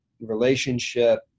relationship